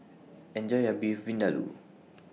Enjoy your Beef Vindaloo